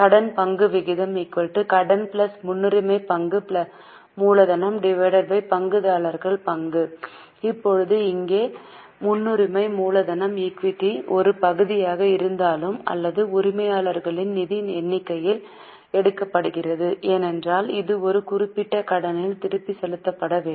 கடன் பங்கு விகிதம் கடன் முன்னுரிமை பங்கு மூலதனம் பங்குதாரர்கள் பங்கு இப்போது இங்கே முன்னுரிமை மூலதனம் ஈக்விட்டியின் ஒரு பகுதியாக இருந்தாலும் அல்லது உரிமையாளர்களின் நிதி எண்ணிக்கையில் எடுக்கப்படுகிறது ஏனெனில் இது ஒரு குறிப்பிட்ட கடனில் திருப்பிச் செலுத்தப்பட வேண்டும்